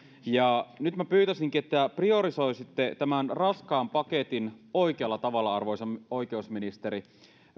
nyt minä pyytäisinkin että priorisoisitte tämän raskaan paketin oikealla tavalla arvoisa oikeusministeri